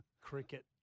Cricket